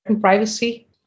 privacy